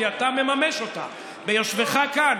כי אתה מממש אותה ביושבך כאן,